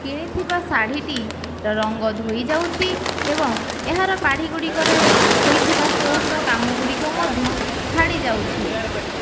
କିଣିଥିବା ଶାଢ଼ିଟି ରଙ୍ଗ ଧୋଇଯାଉଛି ଏବଂ ଏହାର ପାଢ଼ୀଗୁଡ଼ିକରେ ହୋଇଥିବା ଷ୍ଟୋନ୍ର କାମଗୁଡ଼ିକ ମଧ୍ୟ ଛାଡ଼ିଯାଉଛି